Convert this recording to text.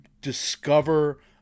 discover